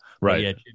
right